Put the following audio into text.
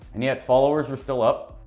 and yet followers were still up,